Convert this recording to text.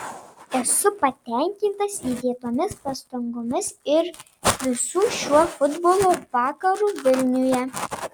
esu patenkintas įdėtomis pastangomis ir visu šiuo futbolo vakaru vilniuje